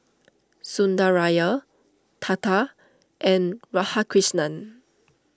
Sundaraiah Tata and Radhakrishnan